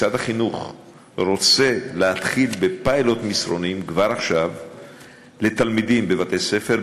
משרד החינוך רוצה להתחיל כבר עכשיו בפיילוט מסרונים לתלמידים בבתי-ספר,